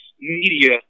media